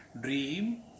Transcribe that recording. dream